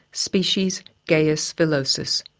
species gaius villosus.